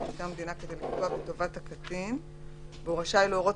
מטעם המדינה כדי לפגוע בטובת הקטין; והוא רשאי להורות